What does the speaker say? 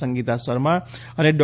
સંગિતા શર્મા અને ડો